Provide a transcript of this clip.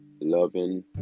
Loving